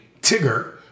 Tigger